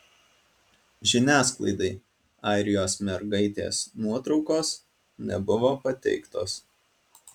žiniasklaidai airijos mergaitės nuotraukos nebuvo pateiktos